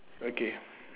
okay